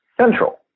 central